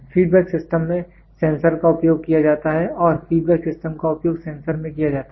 feedback system में sensor का उपयोग किया जाता है और फीडबैक सिस्टम का उपयोग सेंसर में किया जाता है